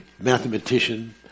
mathematician